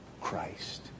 Christ